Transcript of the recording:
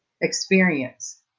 experience